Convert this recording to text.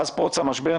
מאז פרוץ המשבר,